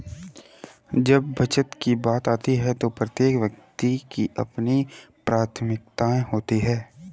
जब बचत की बात आती है तो प्रत्येक व्यक्ति की अपनी प्राथमिकताएं होती हैं